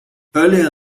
earlier